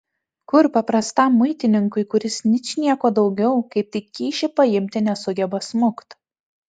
kur paprastam muitininkui kuris ničnieko daugiau kaip tik kyšį paimti nesugeba smukt